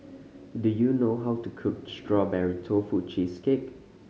do you know how to cook Strawberry Tofu Cheesecake